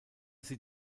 sie